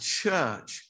church